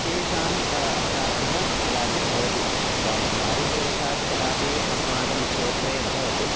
तेषाम् अपराधः कदाचित् भवति दारिद्र्यवशात् कदापि अस्माकं क्षेत्रे न भवति